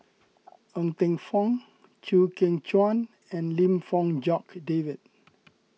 Ng Teng Fong Chew Kheng Chuan and Lim Fong Jock David